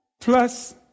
plus